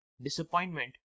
disappointment